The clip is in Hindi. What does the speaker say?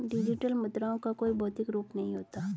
डिजिटल मुद्राओं का कोई भौतिक रूप नहीं होता